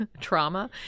trauma